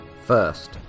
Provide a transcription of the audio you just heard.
First